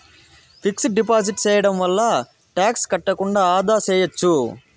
fixed deposit సేయడం వల్ల tax కట్టకుండా ఆదా సేయచ్చు